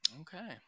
okay